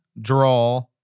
draw